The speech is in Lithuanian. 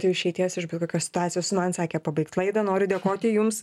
išeities iš bet kokios situacijos man sakė pabaigt laidą noriu dėkoti jums